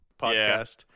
podcast